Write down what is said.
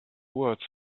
words